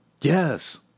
Yes